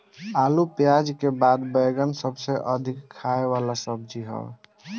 आलू पियाज के बाद बैगन सबसे अधिका खाए वाला सब्जी हअ